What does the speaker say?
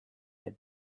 had